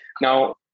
Now